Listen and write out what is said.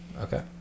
okay